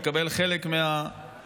לקבל חלק מהקורבן.